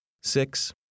Six